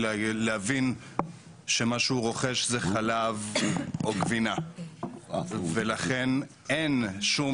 להבין שמה שרוחש זה חלב או גבינה ולכן אין שום